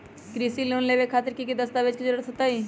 कृषि लोन लेबे खातिर की की दस्तावेज के जरूरत होतई?